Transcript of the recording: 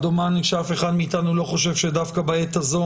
דומני שאף אחד מאתנו לא חושב שדווקא בעת הזו